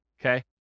okay